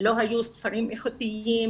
לא היו ספרים איכותיים,